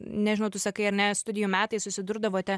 nežinau tu sakai ane studijų metais susidurdavote